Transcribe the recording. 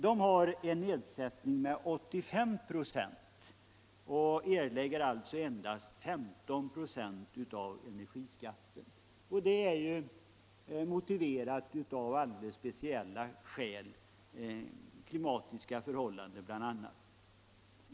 Dessa har en nedsättning med 85 96 och erlägger alltså endast 15 96 av energiskatten. Det är motiverat av alldeles speciella omständigheter, bl.a. klimatiska förhållanden.